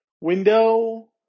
window